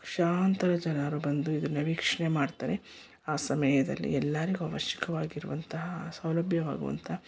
ಶಾಂತರಚರಾಗಿ ಬಂದು ಇದನ್ನು ವೀಕ್ಷಣೆ ಮಾಡ್ತಾರೆ ಆ ಸಮಯದಲ್ಲಿ ಎಲ್ಲರಿಗೂ ಅವಶ್ಯಕವಾಗಿರೋವಂತಹ ಸೌಲಭ್ಯವಾಗುವಂತಹ